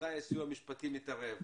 מתי הסיוע המשפטי מתערב,